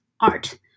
art